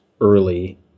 early